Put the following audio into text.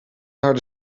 harde